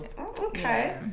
Okay